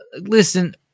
Listen